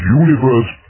universe